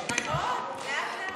חיים ילין, אנחנו מתקרבים.